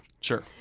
Sure